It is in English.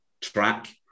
track